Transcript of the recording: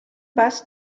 bus